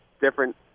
different